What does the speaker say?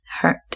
hurt